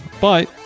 Bye